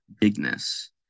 bigness